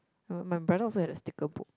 uh my brother also had a sticker book